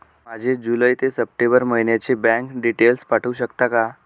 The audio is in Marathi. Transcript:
माझे जुलै ते सप्टेंबर महिन्याचे बँक डिटेल्स पाठवू शकता का?